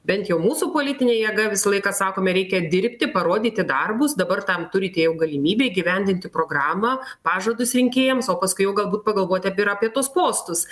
bent jau mūsų politinė jėga visą laiką sakome reikia dirbti parodyti darbus dabar tam turite jau galimybę įgyvendinti programą pažadus rinkėjams o paskui jau galbūt pagalvoti apie ir apie tuos postus